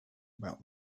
about